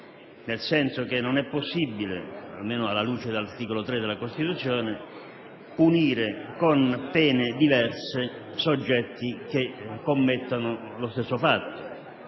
a tutti: non è possibile, almeno alla luce dell'articolo 3 della Costituzione, punire con pene diverse soggetti che commettono lo stesso fatto.